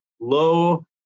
low